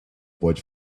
pode